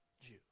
Jew